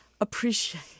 appreciate